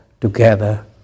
together